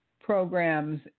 programs